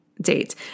Date